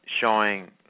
showing